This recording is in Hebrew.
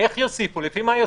לפי מה יוסיפו?